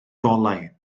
golau